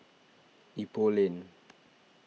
Ipoh Lane